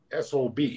SOB